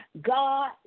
God